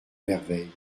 merveilles